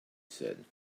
said